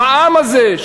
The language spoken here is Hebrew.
המע"מ הזה,